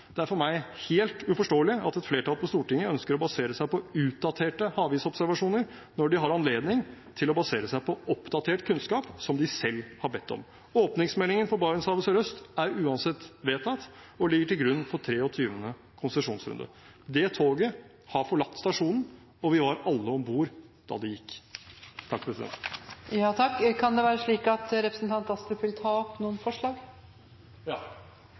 Det er for meg helt uforståelig at et flertall på Stortinget ønsker å basere seg på utdaterte havisobservasjoner, når de har anledning til å basere seg på oppdatert kunnskap som de selv har bedt om. Åpningsmeldingen for Barentshavet sørøst er uansett vedtatt og ligger til grunn for 23. konsesjonsrunde. Det toget har forlatt stasjonen, og vi var alle om bord da det gikk. Ønsker representanten Astrup å ta opp forslag? Ja,